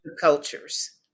cultures